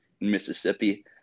Mississippi